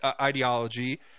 ideology